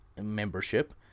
membership